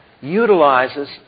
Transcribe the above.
utilizes